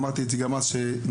אמרתי את זה גם אז כשנבחרת,